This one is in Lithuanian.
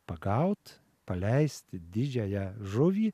pagaut paleisti didžiąją žuvį